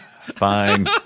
Fine